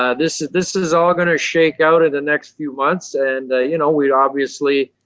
ah this this is all going to shake out in the next few months and you know we'd obviously,